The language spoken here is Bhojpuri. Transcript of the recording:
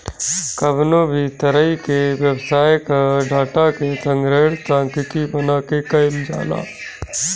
कवनो भी तरही के व्यवसाय कअ डाटा के संग्रहण सांख्यिकी बना के कईल जाला